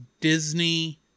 Disney